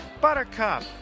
Buttercup